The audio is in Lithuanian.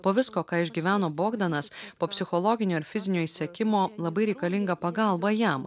po visko ką išgyveno bogdanas po psichologinio ir fizinio išsekimo labai reikalinga pagalba jam